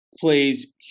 plays